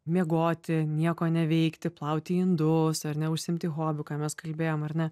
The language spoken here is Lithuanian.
miegoti nieko neveikti plauti indus ar ne užsiimti hobiu ką mes kalbėjom ar ne